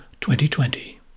2020